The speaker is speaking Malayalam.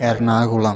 എറണാകുളം